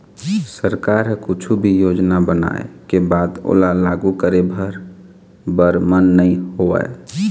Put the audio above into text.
सरकार ह कुछु भी योजना बनाय के बाद ओला लागू करे भर बर म नइ होवय